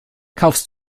kaufst